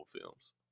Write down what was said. films